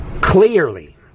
clearly